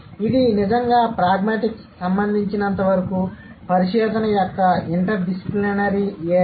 ఇది నిజంగా ప్రాగ్మాటిక్స్ సంబంధించినంతవరకు పరిశోధన యొక్క ఇంటర్ డిసిప్లినరీ ఏరియా